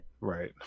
right